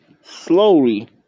slowly